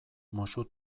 musu